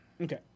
Okay